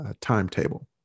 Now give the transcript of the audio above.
timetable